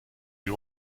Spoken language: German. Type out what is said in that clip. die